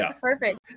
Perfect